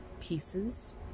pieces